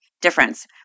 difference